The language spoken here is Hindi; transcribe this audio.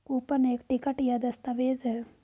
कूपन एक टिकट या दस्तावेज़ है